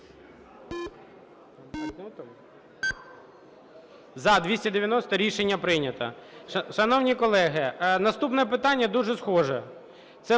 За-290 Рішення прийнято. Шановні колеги, наступне питання дуже схоже.